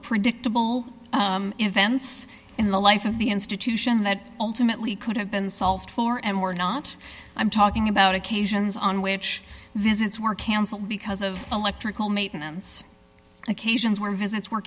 predictable events in the life of the institution that ultimately could have been solved for and were not i'm talking about occasions on which visits were cancelled because of electrical maintenance occasions where visits were